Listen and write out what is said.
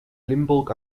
limburg